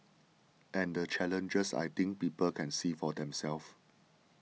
and the challenges I think people can see for themselves